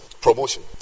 Promotion